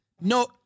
No